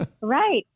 right